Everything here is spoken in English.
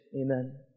amen